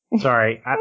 Sorry